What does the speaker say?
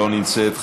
לא נמצאת,